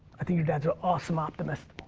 i think your dad's an awesome optimist.